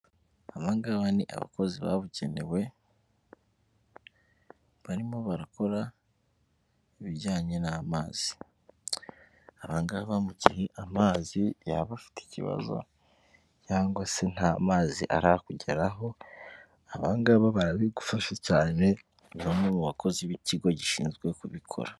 Aba ngaba ni abakozi babugenewe; barimo barakora ibijyanye n'amazi, aba ngaba mu gihe amazi yaba afite ikibazo cyangwa se nta mazi arakugeraho, aba ngaba barabigufasha cyane, ni bamwe mu bakozi b'ikigo gishinzwe kubikora.